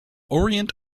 orient